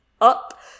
up